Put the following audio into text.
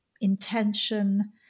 intention